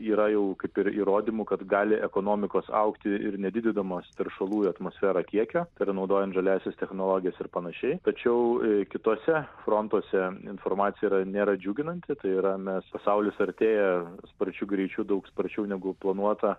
yra jau kaip ir įrodymų kad gali ekonomikos augti ir nedidydamos teršalų į atmosferą kiekio tai yra naudojant žaliąsias technologijas ir panašiai tačiau kituose frontuose informacija yra nėra džiuginanti tai yra mes pasaulis artėja sparčiu greičiu daug sparčiau negu planuota